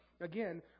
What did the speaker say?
again